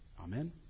Amen